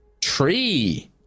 Tree